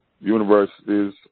universities